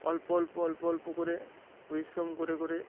অল্প অল্প অল্প অল্প করে পরিশ্রম করে করে